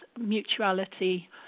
mutuality